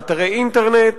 באתרי אינטרנט,